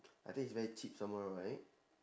I think is very cheap some more right